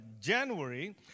January